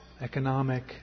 economic